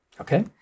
Okay